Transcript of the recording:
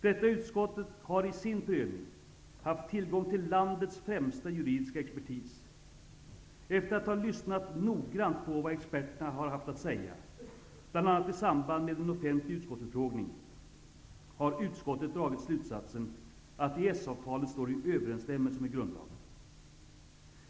Detta utskott har i sin prövning haft tillgång till landets främsta juridiska expertis. Efter att ha lyssnat noggrant på vad experterna haft att säga, bl.a. i samband med en offentlig utskottsutfrågning, har utskottet dragit slutsatsen att EES-avtalet står i överenstämmelse med grundlagen.